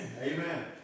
Amen